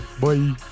Bye